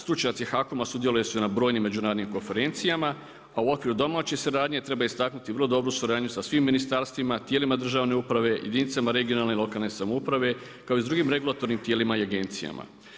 Stručnjaci HAKOM-a sudjelovali su na brojnim međunarodnim konferencijama, a u okviru domaće suradnje treba istaknuti vrlo dobru suradnju sa svim ministarstvima, tijelima državne uprave, jedinicama regionalne i lokalne samouprave kao i s drugim regulatornim tijelima i agencijama.